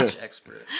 Expert